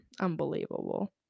unbelievable